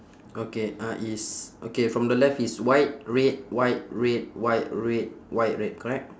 okay uh it's okay from the left it's white red white red white red white red correct